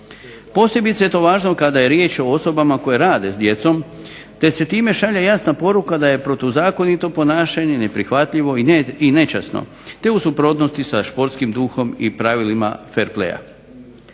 Posebice je to važno kada je riječ o osobama koje rade s djecom, te se time šalje jasna poruka da je protuzakonito ponašanje neprihvatljivo i nečasno, te u suprotnosti sa športskim duhom i pravilima fair playa.